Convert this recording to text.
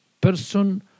person